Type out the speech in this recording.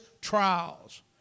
trials